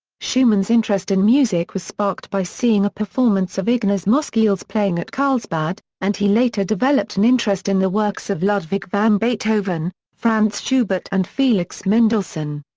schumann's interest in music was sparked by seeing a performance of ignaz moscheles playing at karlsbad, and he later developed an interest in the works of ludwig van beethoven, franz schubert and felix mendelssohn.